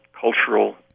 cultural